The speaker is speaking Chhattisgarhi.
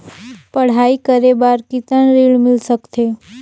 पढ़ाई करे बार कितन ऋण मिल सकथे?